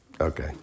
okay